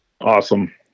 Awesome